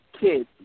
kids